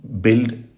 build